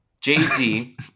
Jay-Z